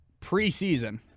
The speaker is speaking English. Preseason